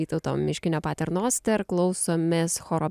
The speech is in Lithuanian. vytauto miškinio paternoster klausomės choro